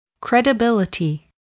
Credibility